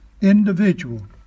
individual